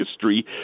history